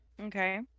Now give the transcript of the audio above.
Okay